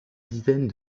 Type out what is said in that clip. dizaine